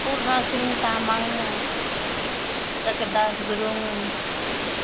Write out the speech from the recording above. Purna Singh Tamang Jagatdas Gurung